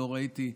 לא ראיתי אותך.